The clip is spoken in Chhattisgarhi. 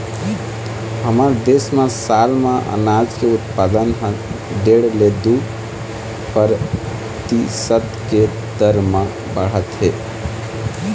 हमर देश म साल म अनाज के उत्पादन ह डेढ़ ले दू परतिसत के दर म बाढ़त हे